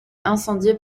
incendiée